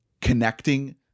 connecting